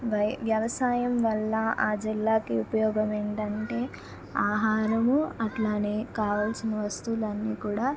వ్యవసాయం వల్ల ఆ జిల్లాకి ఉపయోగం ఏంటంటే ఆహారము అట్లానే కావాల్సిన వస్తువులన్నీ కూడా